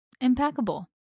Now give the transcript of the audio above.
Impeccable